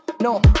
no